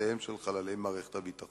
משפחותיהם של חללי מערכת הביטחון.